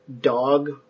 dog